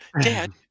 Dad